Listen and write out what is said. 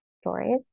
Stories